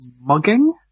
Mugging